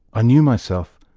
i knew myself,